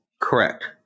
Correct